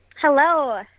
Hello